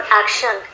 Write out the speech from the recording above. action